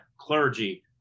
clergy